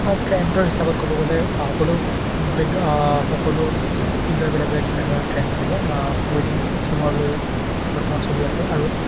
ট্ৰেণ্ডৰ হিচাপত ক'ব গ'লে সকলো বেগ সকলো ফিল্ডৰ বেলেগ বেলেগ ডিফাৰেণ্ট ধৰণৰ ট্ৰেণ্ডছ থাকে ৱেডিং থীমৰ লৈ বৰ্তমান চলি আছে আৰু